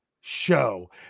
Show